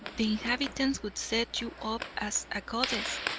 the inhabitants would set you up as a goddess,